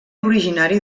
originari